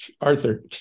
Arthur